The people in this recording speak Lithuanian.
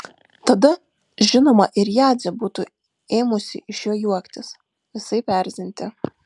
tada žinoma ir jadzė būtų ėmusi iš jo juoktis visaip erzinti